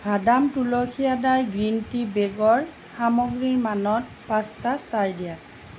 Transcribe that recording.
ভাদাম তুলসী আদাৰ green tea বেগৰ সামগ্ৰীৰ মানত পাঁচটা ষ্টাৰ দিয়া